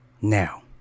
Now